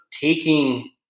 taking –